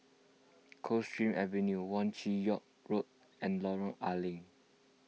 Coldstream Avenue Wong Chin Yoke Road and Lorong A Leng